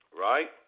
Right